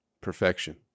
Perfection